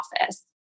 office